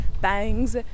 Bang's